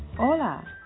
Hola